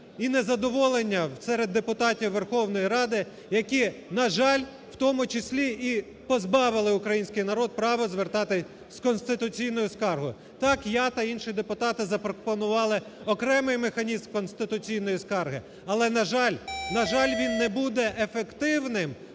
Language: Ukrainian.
і незадоволення серед депутатів Верховної Ради, які, на жаль, в тому числі і позбавили український народ права звертатись з конституційно скаргою. Так, я та інші депутати запропонували окремий механізм конституційної скарги, але, на жаль, на жаль, він не буде ефективним